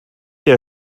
der